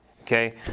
Okay